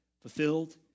Fulfilled